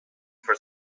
for